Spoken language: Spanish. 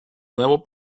nuevo